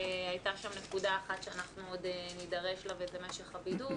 הייתה שם נקודה אחת שאנחנו עוד נידרש לה וזה משך הבידוד.